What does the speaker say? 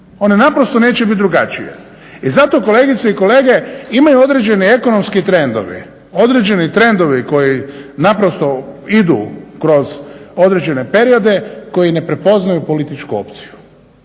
One naprosto neće biti drugačije. I zato kolegice i kolege imaju određeni ekonomski trendovi, određeni trendovi koji naprosto idu kroz određene periode koji ne prepoznaju političku opciju